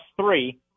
three